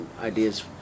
ideas